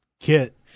Kit